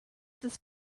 this